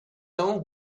tão